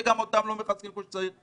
שגם אותם לא מחזקים כמו שצריך,